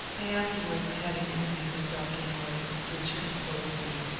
i afterwards had an interview with dr. noyes which con soled me,